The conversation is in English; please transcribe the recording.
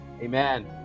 Amen